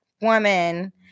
woman